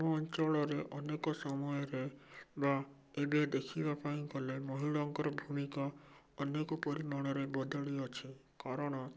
ଆମ ଅଞ୍ଚଳରେ ଅନେକ ସମୟରେ ବା ଏବେ ଦେଖିବା ପାଇଁ ଗଲେ ମହିଳାଙ୍କର ଭୂମିକା ଅନେକ ପରିମାଣରେ ବଦଳି ଅଛି କାରଣ